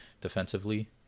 defensively